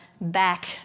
back